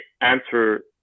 answer